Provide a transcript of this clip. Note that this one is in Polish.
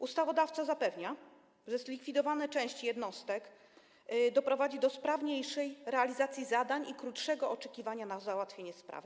Ustawodawca zapewnia, że zlikwidowanie części jednostek doprowadzi do sprawniejszej realizacji zadań i krótszego oczekiwania na załatwienie sprawy.